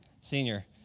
senior